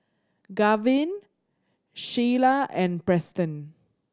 Garvin Shyla and Preston